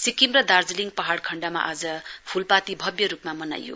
सिक्किम र दार्जीलिङ पहाड खण्डमा आज फूलपाती भव्य रुपमा मनाइयो